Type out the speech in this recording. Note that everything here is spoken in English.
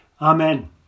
Amen